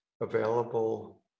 available